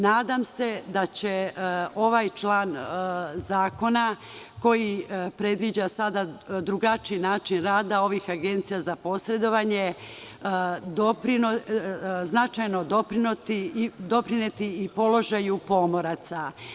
Nadam se da će ovaj član zakona koji predviđa sada drugačiji način rada ovih agencija za posredovanje doprineti značajno i položaju pomoraca.